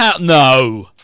No